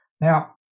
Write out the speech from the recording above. Now